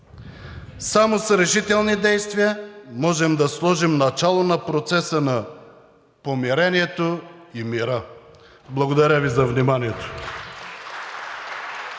Само с решителни действия можем да сложим начало на процеса на помирението и мира. Благодаря Ви за вниманието.